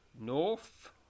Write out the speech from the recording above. north